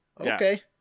Okay